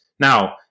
Now